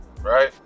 right